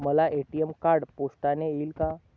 मला ATM card पोस्टाने येईल का?